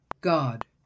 God